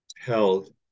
held